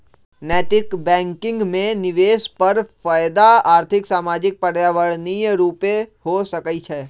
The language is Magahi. नैतिक बैंकिंग में निवेश पर फयदा आर्थिक, सामाजिक, पर्यावरणीय रूपे हो सकइ छै